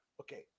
Okay